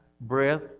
breath